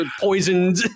poisoned